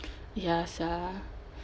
ya sia